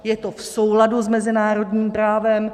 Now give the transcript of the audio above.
Je to v souladu s mezinárodním právem.